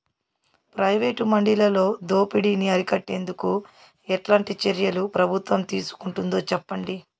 Private మండీలలో దోపిడీ ని అరికట్టేందుకు ఎట్లాంటి చర్యలు ప్రభుత్వం తీసుకుంటుందో చెప్పండి?